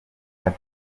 ati